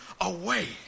away